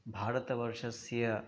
भारतवर्षस्य